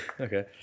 okay